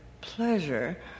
pleasure